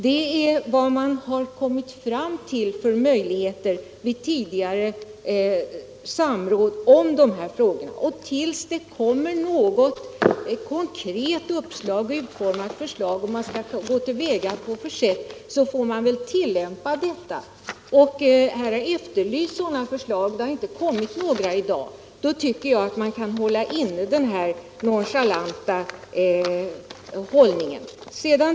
Man begagnar de möjligheter som kommit fram vid tidigare samråd om dessa frågor. Tills det kommer något konkret utformat uppslag till hur man skall gå till väga får vi väl tillämpa den nuvarande ordningen. Det har efterlysts sådana förslag, men det har inte kommit några här i dag. Därför tycker jag att man kan avstå från den här nonchalanta hållningen.